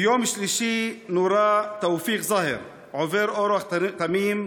ביום שלישי נורה תאופיק זהר, עובר אורח תמים,